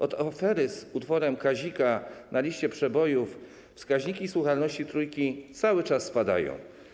Od afery z utworem Kazika na liście przebojów wskaźniki słuchalności Trójki cały czas spadają.